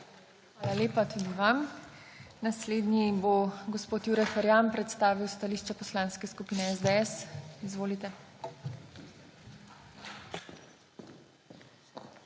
Hvala lepa tudi vam. Naslednji bo gospod Jure Ferjan predstavil stališče Poslanske skupine SDS. Izvolite. JURE